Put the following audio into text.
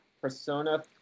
Persona